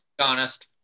honest